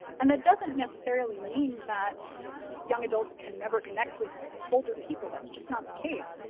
and that doesn't necessarily mean that young adults can never connect with older people, that's just not the case.